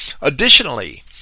Additionally